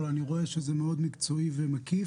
אבל אני רואה שזה מאוד מקצועי ומקיף.